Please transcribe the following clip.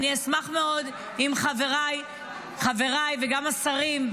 אני אשמח מאוד אם חבריי וגם השרים,